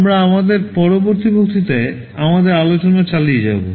আমরা আমাদের পরবর্তী বক্তৃতায় আমাদের আলোচনা চালিয়ে যাব